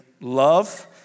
love